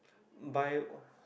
buy